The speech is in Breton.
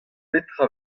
petra